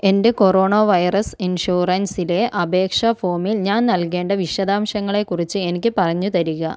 എൻ്റെ corona virus ഇൻഷുറൻസിലെ അപേക്ഷ ഫോമിൽ ഞാൻ നൽകേണ്ട വിശദാംശങ്ങളെ കുറിച്ച് എനിക്ക് പറഞ്ഞുതരിക